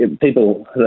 People